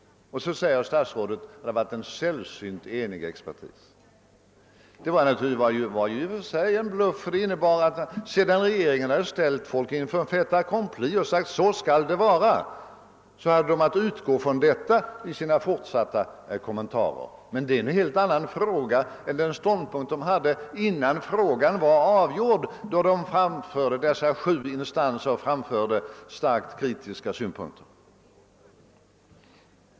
Och så säger statsrådet att det varit en sällsynt enig expertis! Detta var i och för sig en bluff. Sedan regeringen hade ställt experterna inför fait accompli och sagt att »så skall det vara» hade de att utgå från denna huvudlinje i sina kommentarer. Men det är något helt annat än de ståndpunkter som de hade innan frågan var avgjord, då alltså sju instanser framförde starkt kritiska synpunkter.